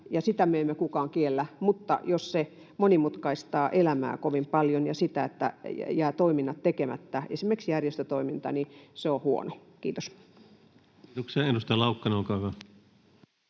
sitä me emme kukaan kiellä, mutta jos se monimutkaistaa elämää kovin paljon ja sitä, että jäävät toiminnat tekemättä, esimerkiksi järjestötoiminta, niin se on huono. — Kiitos. Kiitoksia. — Edustaja Laukkanen, olkaa hyvä.